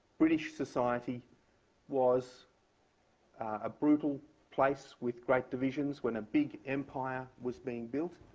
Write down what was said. british society was a brutal place with great divisions when a big empire was being built.